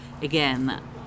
again